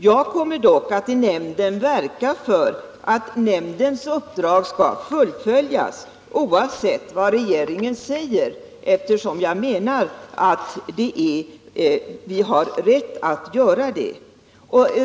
Jag kommer dock att i nämnden verka för att nämndens uppdrag skall fullföljas oavsett vad regeringen säger, eftersom jag menar att vi har rätt att göra det.